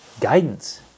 guidance